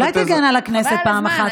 אולי תגן על הכנסת פעם אחת,